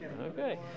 Okay